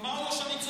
תאמר לו שאני צודק.